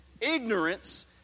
ignorance